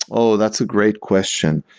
oh! that's a great question.